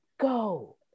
go